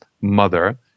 mother